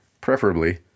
preferably